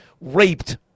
raped